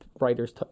writers